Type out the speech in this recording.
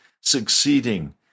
succeeding